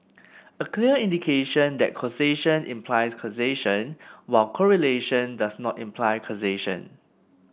a clear indication that causation implies causation while correlation does not imply causation